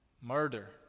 murder